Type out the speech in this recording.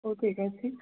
ହଉ ଠିକ୍ ଅଛି